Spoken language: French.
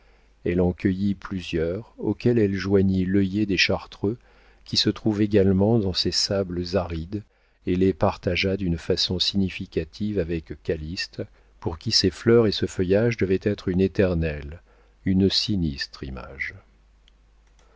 elle en cueillit plusieurs auxquelles elle joignit l'œillet des chartreux qui se trouve également dans ces sables arides et les partagea d'une façon significative avec calyste pour qui ces fleurs et ce feuillage devaient être une éternelle une sinistre image